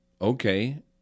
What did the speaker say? okay